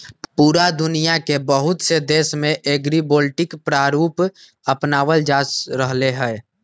पूरा दुनिया के बहुत से देश में एग्रिवोल्टिक प्रारूप अपनावल जा रहले है